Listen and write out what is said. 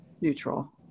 neutral